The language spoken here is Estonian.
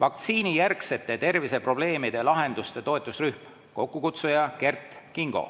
vaktsiinijärgsete terviseprobleemide lahenduste toetusrühm, kokkukutsuja Kert Kingo;